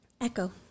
Echo